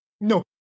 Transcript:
No